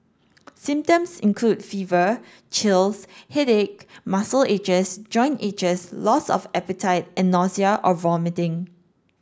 symptoms include fever chills headache muscle aches joint aches loss of appetite and nausea or vomiting